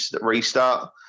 restart